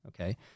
okay